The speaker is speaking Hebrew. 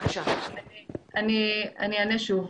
אני אענה שוב: